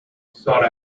sought